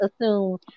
assume